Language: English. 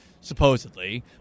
supposedly